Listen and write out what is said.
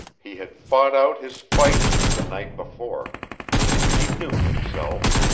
he had fought out his fight the night before he knew himself.